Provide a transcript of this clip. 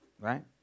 Right